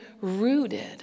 rooted